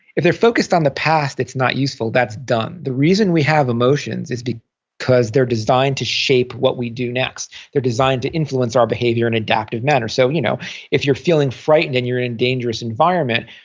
if they're focused on the past that's not useful, that's done. the reason we have emotions is because they're designed to shape what we do next. they're designed to influence our behavior and adaptive manner. so you know if you're feeling frightened and you're in dangerous environment,